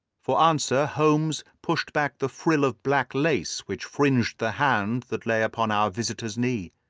for answer holmes pushed back the frill of black lace which fringed the hand that lay upon our visitor's knee.